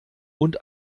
und